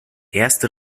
erste